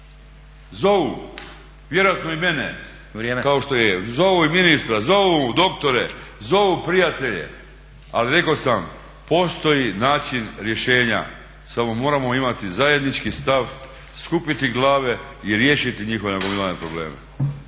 Zovu, vjerojatno i mene kao što zovu i ministra, zovu doktore, zovu prijatelje. Ali rekao sam postoji način rješenja samo moramo imati zajednički stav, skupiti glave i riješiti njihove nagomilane probleme.